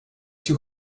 too